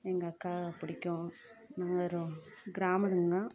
எங்கள் அக்காவை பிடிக்கும் வெறும் கிராமந்தான்